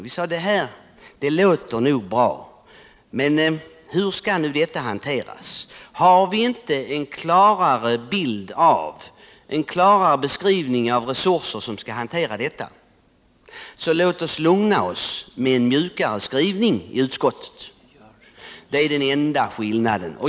Vi sade: Det här låter nog bra, men hur skall nu detta hanteras? Har vi inte en klarare beskrivning av de resurser som behövs för att genomföra detta, så låt oss lugna oss och göra en mjukare skrivning i utskottet. Det är den enda skillnaden.